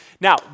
Now